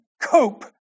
cope